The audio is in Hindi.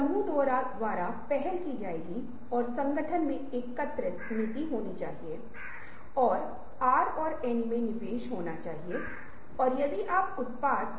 तो जाहिर है जिन संभावनाओं के बारे में हम आज और साथ ही पहले के व्याख्यानों में बात कर रहे हैं वे हमारे सामने दिखना बंद हो जाते हैं और फिर बेशक जोखिम उठाते हैं